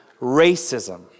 racism